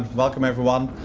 welcome everyone.